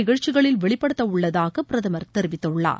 நிகழ்ச்சிகளில் வெளிபடுத்த உள்ளதாக பிரதமர் தெரிவித்துள்ளார்